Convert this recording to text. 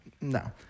No